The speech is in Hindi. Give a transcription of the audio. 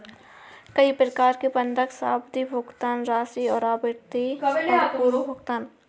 कई प्रकार के बंधक हैं, सावधि, भुगतान राशि और आवृत्ति और पूर्व भुगतान